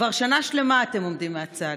כבר שנה שלמה אתם עומדים מהצד: